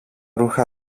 ρούχα